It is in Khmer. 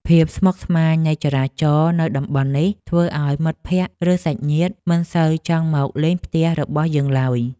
ភាពស្មុគស្មាញនៃចរាចរណ៍នៅតំបន់នេះធ្វើឱ្យមិត្តភក្តិ ឬសាច់ញាតិមិនសូវចង់មកលេងផ្ទះរបស់យើងឡើយ។